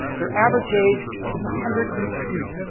their average age is hundred and two.